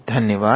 धन्यवाद